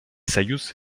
союз